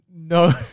no